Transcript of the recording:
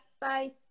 Bye